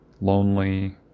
lonely